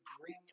bring